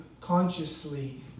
consciously